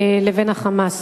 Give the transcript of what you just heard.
לבין ה"חמאס".